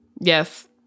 yes